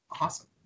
Awesome